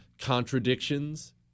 contradictions